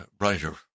writer